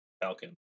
falcon